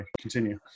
continue